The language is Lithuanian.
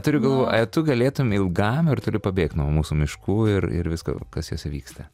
turiu galvoje ar tu galėtum ilgam ir toli pabėgt nuo mūsų miškų ir ir visko kas juose vyksta